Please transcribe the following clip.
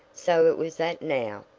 so it was that now,